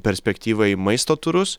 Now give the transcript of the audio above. perspektyvą į maisto turus